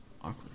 Awkward